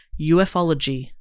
ufology